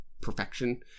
perfection